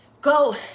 Go